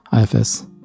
ifs